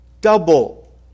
double